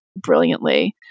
brilliantly